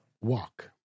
walk